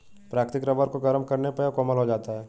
प्राकृतिक रबर को गरम करने पर यह कोमल हो जाता है